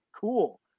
cool